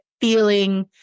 feeling